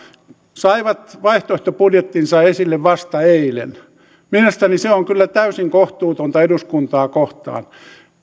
saivat vaihtoehtobudjettinsa esille vasta eilen mielestäni se on kyllä täysin kohtuutonta eduskuntaa kohtaan